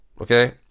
Okay